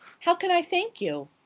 how can i thank you?